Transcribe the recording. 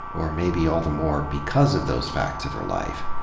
or maybe all the more because of those facts of her life,